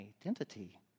identity